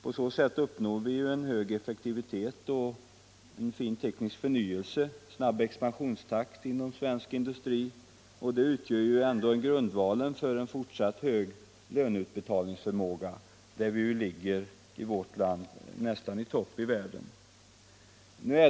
På så sätt uppnår vi ju en hög effektivitet, en fin teknisk förnyelse, snabb expansionstakt inom svensk industri, och detta utgör ändå grundvalen för en fortsatt hög löneutbetalningsförmåga, där vi i vårt land ligger i täten bland världens nationer.